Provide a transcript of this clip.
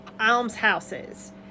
almshouses